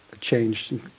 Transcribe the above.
changed